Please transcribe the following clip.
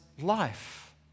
life